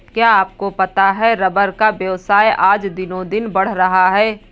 क्या आपको पता है रबर का व्यवसाय आज दिनोंदिन बढ़ रहा है?